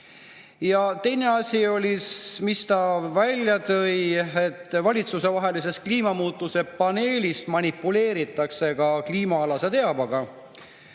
Ja teine asi, mis ta ütles, on see, et valitsustevahelises kliimamuutuste paneelis manipuleeritakse ka kliimaalase teabega.